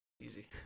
Easy